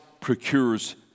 procures